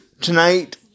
tonight